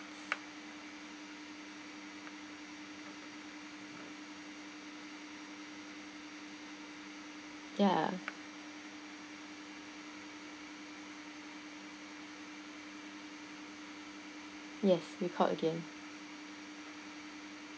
ya yes we called again